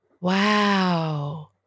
Wow